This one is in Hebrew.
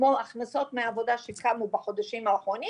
כמו הכנסות מהעבודה שהתחלנו בחודשים האחרונים